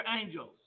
angels